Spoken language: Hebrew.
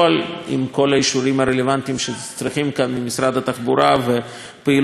האישורים הרלוונטיים שצריכים כאן ממשרד התחבורה ופעילות ההיערכות.